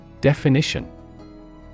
Definition